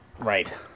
Right